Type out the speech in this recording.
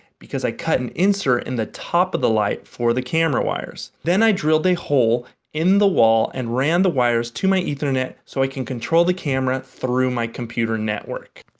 because i cut an insert in the top of the light for the camera wires. then drilled a hole in the wall and ran the wires to my ethernet so i can control the camera through my computer network.